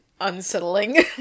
unsettling